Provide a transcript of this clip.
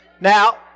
Now